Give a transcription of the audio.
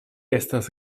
estas